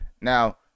now